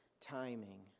timing